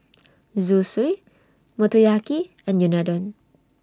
Zosui Motoyaki and Unadon